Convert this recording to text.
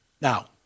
Now